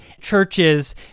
churches